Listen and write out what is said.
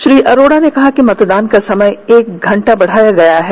श्री अरोड़ा ने कहा कि मतदान का समय एक घंटा बढाया गया है